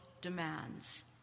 demands